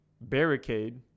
barricade